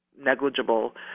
negligible